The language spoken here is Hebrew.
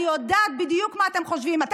אני יודעת בדיוק מה אתם חושבים,